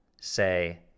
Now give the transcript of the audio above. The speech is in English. say